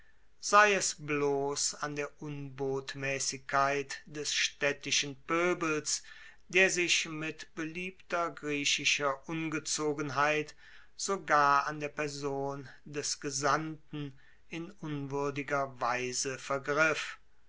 sei es bloss an der unbotmaessigkeit des staedtischen poebels der sich mit beliebter griechischer ungezogenheit sogar an der person des gesandten in unwuerdiger weise vergriff